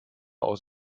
aus